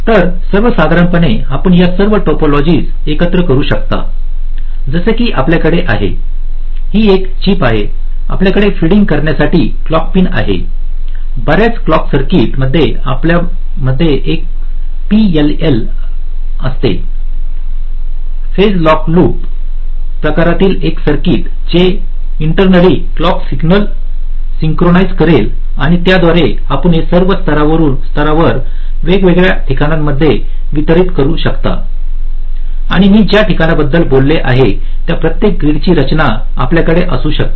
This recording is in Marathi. तर सर्वसाधारणपणे आपण या सर्व टोपोलॉजीज एकत्र करू शकता जसे की आपल्याकडे आहेही एक चिप आहे आपल्याकडे फीडिंग करण्यासाठी क्लॉक पिन आहे बर्याच क्लॉक सर्किट मध्ये आपल्यामध्ये एक पीएलएल असते फेज लॉक लूप प्रकारातील एक सर्किट जे इंटरनलि क्लॉक सिग्नल सिंक्रोनाइज्ड करेल आणि याद्वारे आपण हे सर्व स्तरावर वेगवेगळ्या ठिकाणांमध्ये वितरित करू शकता आणि मी ज्या ठिकाणाबद्दल बोललो आहे त्या प्रत्येक ग्रीड ची रचना आपल्याकडे असू शकते